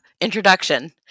introduction